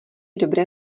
dobré